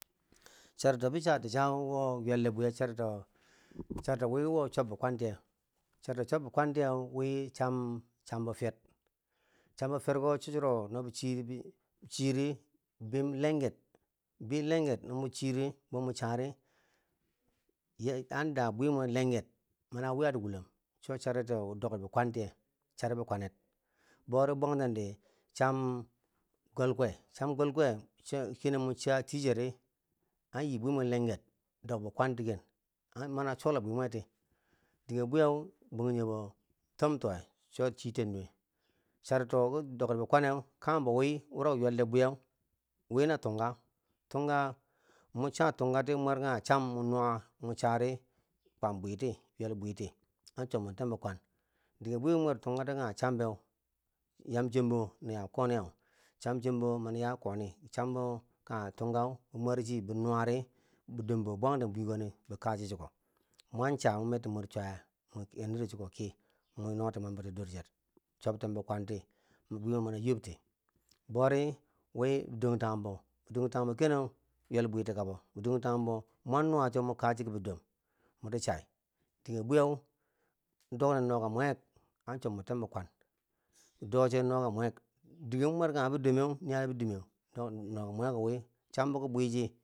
Chari to bo chati cha, wo ywelde bwiye, charito charito wi wo chob bi kwan tiye, charito chobbi kwan tiye, wi cham chambo fiyer, chambo fiyer ko cho churo no bo chiri bir chi ri bwim lenger, bii lenger no mo chiri bo mo chari a da mwi mo lenget na wiyati wulom cho charito dok bi kwang tiye chari bi kwanne, bori bwantendi cham golgwe, cham golgwo chi no mo chatii cheri an yi bwimo lenger dok bi kwanti ken a mani a chola bwi mwe ti, dike bweye bangjinghe tom towe cho chiten nuwe, charito ki dor bikwanne kanghem bo wi wuro ki ywelde bwiyeu wi na tunga, tunga mo cha tunga ti mwerkanghe cham mun nuwa mun cha ri kwambiti ywel bweti, an chob munten bikwan dige bwi mo bwer tungha di kane cham be nuwa, kwam bwiti, ywel bwiti an chob mwenten bi kwan dige bwi bo mwer tunkati kangha cham yam chiyem bo na ya koni, cham chiyembo mani ya koni cham bo kangha tunga mo mwer chi mo nuwari bidom bo bwanten bwiko nin bo kochi chiko mo cha mu merti mor chweya monkernure chiko kii mo noten mwemboti dor chet, chobten bikwanti don bwe mwe mani yobti bori wibidom tanghum bo bidom tanghum bo keneu ywel bwiti kabo, bidom tanghum bo mwan nuwa cho mo kachi kibi dom moti chai, dige bwiye doknen noka mwenghe a chobmenten bi kwan, ki do che noka mwenghek, dige mo mwer kangha bidome, nya bidimi, noka noka mwemeko wi cham mugu buchi.